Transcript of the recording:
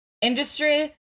industry